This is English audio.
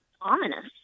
ominous